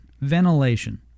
ventilation